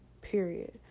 Period